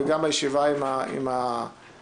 וגם הישיבה עם היושב-ראש,